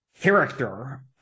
character